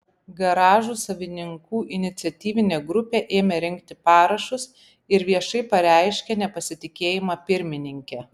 garažų savininkų iniciatyvinė grupė ėmė rinkti parašus ir viešai pareiškė nepasitikėjimą pirmininke